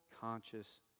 conscious